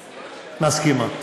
בסדר, אני מסכימה.